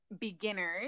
beginners